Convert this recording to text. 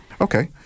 Okay